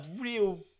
real